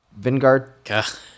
Vingard